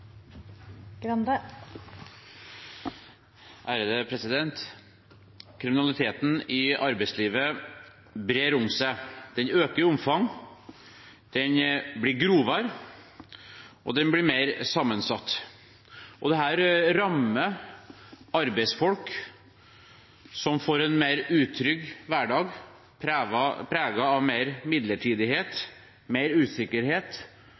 trygt arbeidsliv. Kriminaliteten i arbeidslivet brer om seg. Den øker i omfang. Den blir grovere. Og den blir mer sammensatt. Dette rammer arbeidsfolk, som får en mer utrygg hverdag preget av mer midlertidighet,